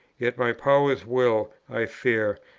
yet my powers will, i fear,